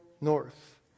north